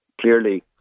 clearly